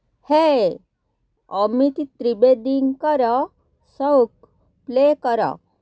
ହେ ଅମିତ୍ ତ୍ରିବେଦୀଙ୍କର ଶୌକ୍ ପ୍ଲେ କର